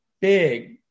big